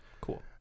Cool